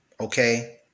Okay